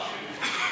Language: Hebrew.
4),